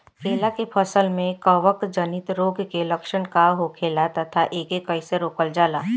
केला के फसल में कवक जनित रोग के लक्षण का होखेला तथा एके कइसे रोकल जाला?